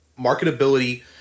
marketability